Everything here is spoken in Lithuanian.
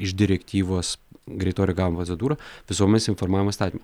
iš direktyvos greito reagavimo procedūra visuomenės informavimo įstatyme